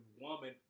woman